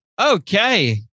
okay